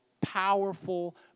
powerful